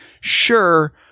sure